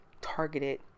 targeted